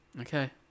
Okay